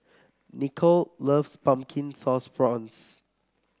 Nichole loves Pumpkin Sauce Prawns